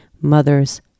mothers